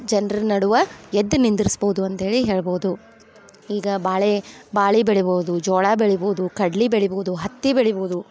ಜನ್ರ ನಡ್ವ ಎದ್ದು ನಿಂದ್ರಿಸ್ಬೋದು ಅಂತ್ಹೇಳಿ ಹೇಳ್ಬೋದು ಈಗ ಬಾಳೆ ಬಾಳಿ ಬೆಳಿಬೋದು ಜೋಳ ಬೆಳಿಬೋದು ಕಡ್ಲಿ ಬೆಳಿಬೋದು ಹತ್ತಿ ಬೆಳಿಬೋದು